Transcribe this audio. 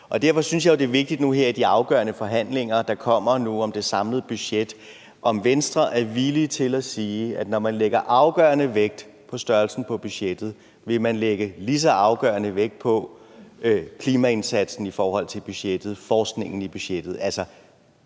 derfor synes jeg jo, det er vigtigt her i de afgørende forhandlinger, der kommer nu om det samlede budget, om Venstre er villige til at sige, at man, når man lægger afgørende vægt på størrelsen af budgettet, vil lægge lige så afgørende vægt på klimaindsatsen i forhold til budgettet, altså forskningen i budgettet